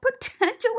potentially